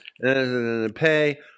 Pay